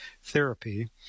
therapy